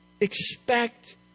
expect